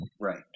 right